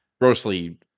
grossly